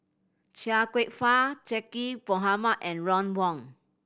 Chia Kwek Fah Zaqy Mohamad and Ron Wong